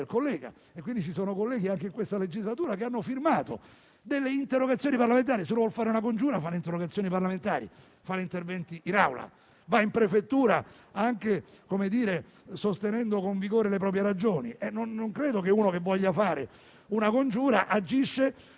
collega. Ci sono colleghi anche in questa legislatura che hanno firmato delle interrogazioni parlamentari; se uno vuol fare una congiura, non fa certamente interrogazioni parlamentari, interventi in Assemblea o va in prefettura sostenendo con vigore le proprie ragioni. Non credo che uno che voglia fare una congiura agisca